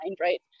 right